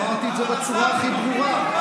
אמרתי את זה בצורה הכי ברורה,